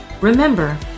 Remember